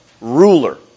ruler